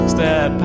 Step